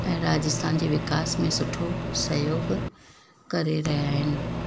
ऐं राजस्थान जे विकास में सुठो सहयोगु करे रहिया आहिनि